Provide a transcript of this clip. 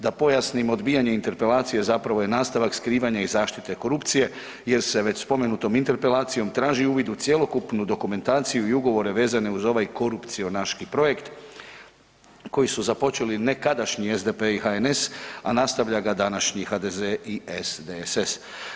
Da pojasnim, odbijanje Interpelacije zapravo je nastavak skrivanja i zaštite korupcije jer se već spomenutom Interpelacijom traži uvid u cjelokupnu dokumentaciju i ugovore vezane uz ovaj korupcionaški projekt koji su započeli nekadašnji SDP i HNS, a nastavlja ga današnji HDZ i SDSS.